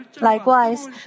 Likewise